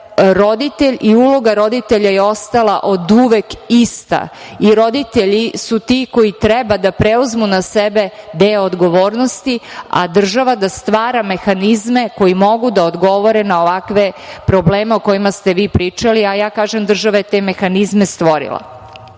roditelj i uloga roditelja je ostala oduvek ista i roditelji su ti koji treba da preuzmu na sebe deo odgovornosti, a država da stvara mehanizme koji mogu da odgovore na ovakve probleme o kojima ste vi pričali, a ja kažem, država je te mehanizme stvorila. Pored